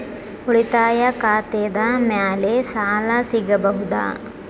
ಉಳಿತಾಯ ಖಾತೆದ ಮ್ಯಾಲೆ ಸಾಲ ಸಿಗಬಹುದಾ?